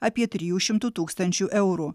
apie trijų šimtų tūkstančių eurų